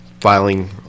filing